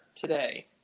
today